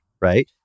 Right